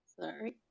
Sorry